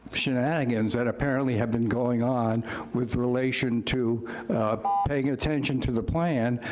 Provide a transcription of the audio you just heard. shenanigans that apparently have been going on with relation to paying attention to the plan,